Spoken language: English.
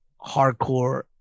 hardcore